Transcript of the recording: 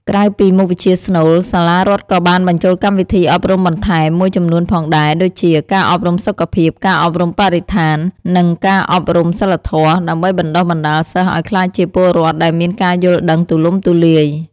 ក្រៅពីមុខវិជ្ជាស្នូល សាលារដ្ឋក៏បាន បញ្ចូលកម្មវិធីអប់រំបន្ថែម មួយចំនួនផងដែរ ដូចជាការអប់រំសុខភាព ការអប់រំបរិស្ថាន និងការអប់រំសីលធម៌ ដើម្បីបណ្តុះបណ្តាលសិស្សឱ្យក្លាយជាពលរដ្ឋដែលមានការយល់ដឹងទូលំទូលាយ។